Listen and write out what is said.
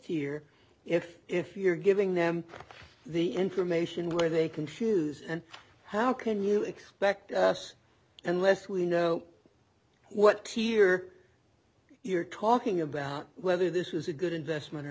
year if if you're giving them the information where they confuse and how can you expect us unless we know what here you're talking about whether this is a good investment or